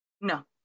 no